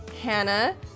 hannah